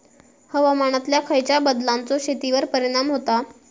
हवामानातल्या खयच्या बदलांचो शेतीवर परिणाम होता?